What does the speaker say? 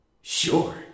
Sure